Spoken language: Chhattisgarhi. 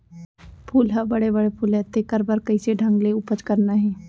फूल ह बड़े बड़े फुलय तेकर बर कइसे ढंग ले उपज करना हे